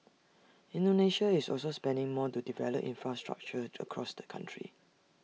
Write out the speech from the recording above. Indonesia is also spending more to develop infrastructure across the country